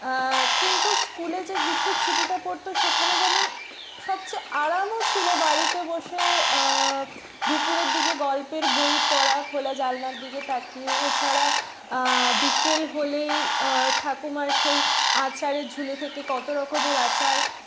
কিন্তু স্কুলে যে গ্রীষ্মের ছুটিটা পড়তো সেখানে যেমন সবচেয়ে আরামও ছিল বাড়িতে বসে দুপুরের দিকে গল্পের বই পড়া খোলা জানলার দিকে তাকিয়ে এছাড়া বিকেল হলেই ঠাকুমার সেই আচারের ঝুলি থেকে কত রকমের আচার